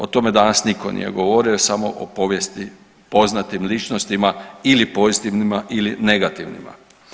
O tome danas nitko nije govorio, samo o povijesti poznatim ličnostima ili pozitivnima ili negativnima.